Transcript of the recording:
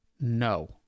No